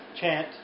chant